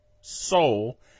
soul